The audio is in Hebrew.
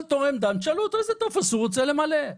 ותשאלו כל תורם דם איזה טופס הוא רוצה למלא.